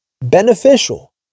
beneficial